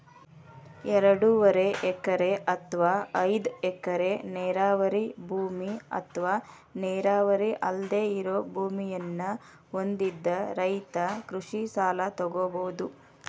ಎರಡೂವರೆ ಎಕರೆ ಅತ್ವಾ ಐದ್ ಎಕರೆ ನೇರಾವರಿ ಭೂಮಿ ಅತ್ವಾ ನೇರಾವರಿ ಅಲ್ದೆ ಇರೋ ಭೂಮಿಯನ್ನ ಹೊಂದಿದ ರೈತ ಕೃಷಿ ಸಲ ತೊಗೋಬೋದು